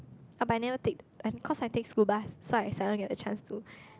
oh but I never take and cause I take school bus so I seldom get the chance to